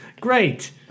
Great